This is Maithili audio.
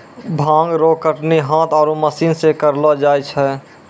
भांग रो कटनी हाथ आरु मशीन से करलो जाय छै